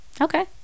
Okay